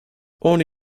ohne